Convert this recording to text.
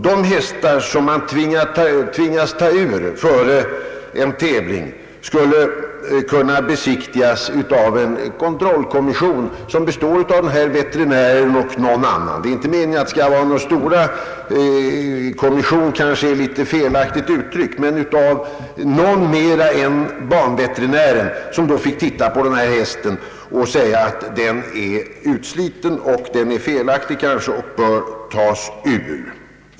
De hästar som man tvingas ta ur före en tävling skulle kunna besiktigas av en kontrollkommission som består av banveterinär och någon annan. Kommission är kanske ett oriktigt uttryck, men någon mer än banveterinären borde få titta på hästen och säga ifrån om den är utsliten eller kanske felaktig och därför bör tas ur.